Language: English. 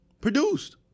produced